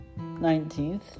19th